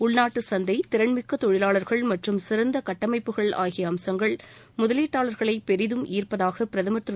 உள்நாட்டு சந்தை திறன்மிக்க தொழிலாளர்கள் மற்றும் சிறந்த கட்டமைப்புகள் ஆகிய அம்சங்கள் முதலீட்டாளர்களை பெரிதும் ஈர்ப்பதாக பிரதமர் திரு